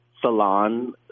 salon